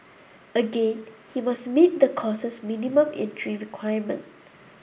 again he must meet the course's minimum entry requirement